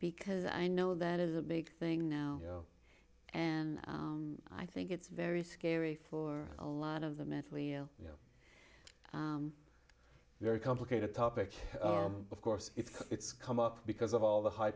because i know that is a big thing now and i think it's very scary for a lot of the mentally very complicated topic of course it's come up because of all the high